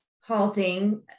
halting